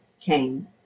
came